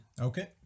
Okay